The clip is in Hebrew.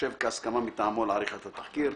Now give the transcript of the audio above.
ייחשב כהסכמה מטעמו לעריכת התחקיר.